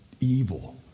evil